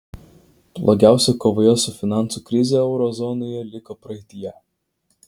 blogiausia kovoje su finansų krize euro zonoje liko praeityje